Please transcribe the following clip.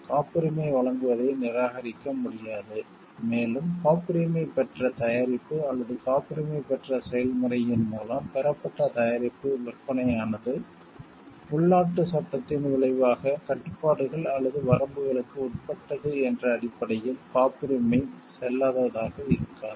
காப்புரிமை வழங்குவதை நிராகரிக்க முடியாது மேலும் காப்புரிமை பெற்ற தயாரிப்பு அல்லது காப்புரிமை பெற்ற செயல்முறையின் மூலம் பெறப்பட்ட தயாரிப்பு விற்பனையானது உள்நாட்டுச் சட்டத்தின் விளைவாக கட்டுப்பாடுகள் அல்லது வரம்புகளுக்கு உட்பட்டது என்ற அடிப்படையில் காப்புரிமை காப்புரிமை செல்லாததாக இருக்காது